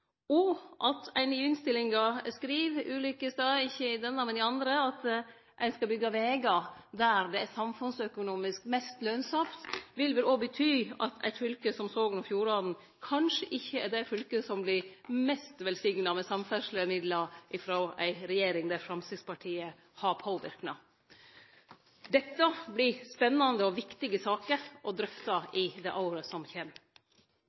at ein i innstillingar ulike stader skriv – ikkje i denne, men i andre – at ein skal byggje vegar der det er samfunnsøkonomisk mest lønsamt, vil vel òg bety at eit fylke som Sogn og Fjordane kanskje ikkje er det fylket som vert mest velsigna med samferdslemidlar frå ei regjering der Framstegspartiet har påverknad. Dette vert spennande og viktige saker å drøfte i året som kjem.